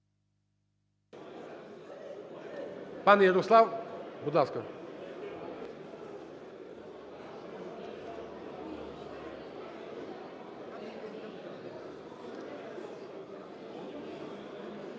Пане Ярослав, будь ласка.